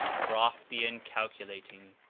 crafty, and calculating,